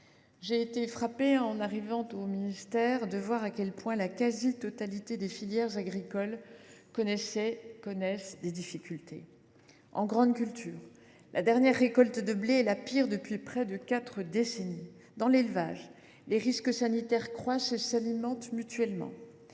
J’ai été frappée de constater, en prenant mes fonctions, que la quasi totalité des filières agricoles connaissent des difficultés. En grandes cultures, la dernière récolte de blé est la pire depuis près de quatre décennies. Dans l’élevage, les risques sanitaires croissent et s’alimentent mutuellement.